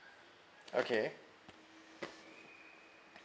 okay